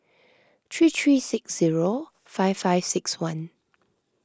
three three six zero five five six one